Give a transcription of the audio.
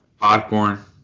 popcorn